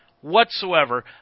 whatsoever